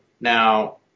Now